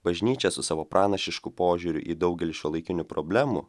bažnyčia su savo pranašišku požiūriu į daugelį šiuolaikinių problemų